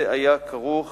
זה היה כרוך